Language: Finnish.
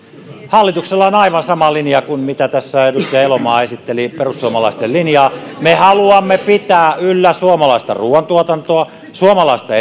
hallituksella on aivan sama linja kuin se miten edustaja elomaa esitteli perussuomalaisten linjaa me haluamme pitää yllä suomalaista ruuantuotantoa suomalaista